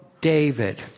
David